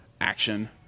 action